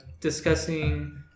discussing